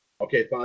Okay